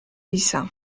lisa